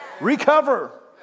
recover